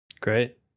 Great